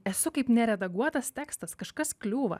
esu kaip neredaguotas tekstas kažkas kliūva